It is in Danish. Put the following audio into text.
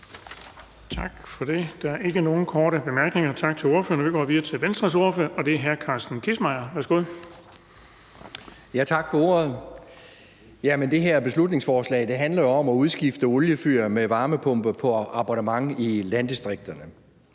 Tak for det. Der er ikke nogen korte bemærkninger, så tak til ordføreren. Vi går videre til Venstres ordfører, og det er hr. Carsten Kissmeyer. Værsgo. Kl. 11:08 (Ordfører) Carsten Kissmeyer (V): Tak for ordet. Det her beslutningsforslag handler jo om at udskifte oliefyr med varmepumpe på abonnement i landdistrikterne.